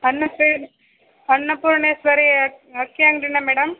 ಅನ್ನಪ್ಪೇ ಅನ್ನಪೂರ್ಣೇಶ್ವರಿ ಅಕ್ಕಿ ಅಂಗಡಿನಾ ಮೇಡಮ್